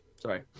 sorry